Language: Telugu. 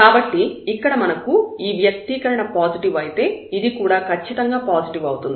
కాబట్టి ఇక్కడ మనకు ఈ వ్యక్తీకరణ పాజిటివ్ అయితే ఇది కూడా ఖచ్చితంగా పాజిటివ్ అవుతుంది